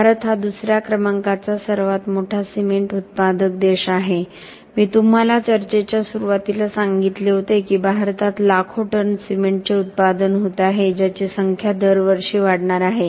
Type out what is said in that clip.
भारत हा दुसऱ्या क्रमांकाचा सर्वात मोठा सिमेंट उत्पादक देश आहे मी तुम्हाला चर्चेच्या सुरुवातीला सांगितले होते की भारतात लाखो टन सिमेंटचे उत्पादन होत आहे ज्यांची संख्या दरवर्षी वाढणार आहे